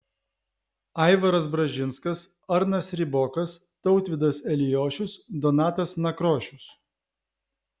aivaras bražinskas arnas ribokas tautvydas eliošius donatas nakrošius